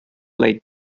lake